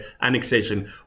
annexation